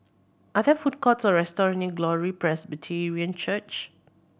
are there food courts or restaurant near Glory Presbyterian Church